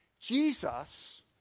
Jesus